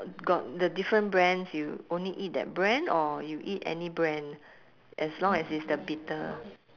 got the different brands you only eat that brand or you eat any brand as long as it's the bitter